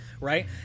right